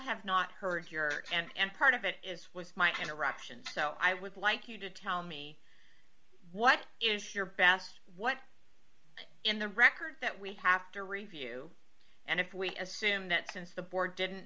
have not heard your and part of it is my interactions so i would like you to tell me what is your best what in the records that we have to review and if we assume that since the board didn't